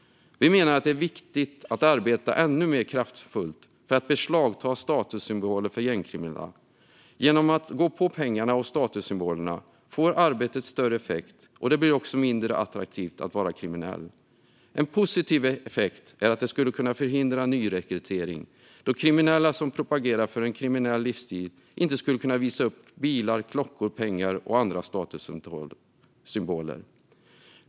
Vi menar att det är viktigt att arbeta ännu mer kraftfullt för att beslagta statussymboler för gängkriminella. Genom att gå på pengarna och statussymbolerna får arbetet större effekt, och det blir också mindre attraktivt att vara kriminell. En positiv effekt är att det skulle kunna förhindra nyrekrytering då kriminella som propagerar för en kriminell livsstil inte skulle kunna visa upp bilar, klockor, pengar och andra statussymboler.